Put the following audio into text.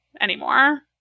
anymore